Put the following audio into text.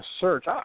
search